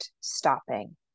stopping